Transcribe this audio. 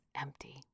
empty